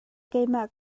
keimah